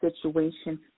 situation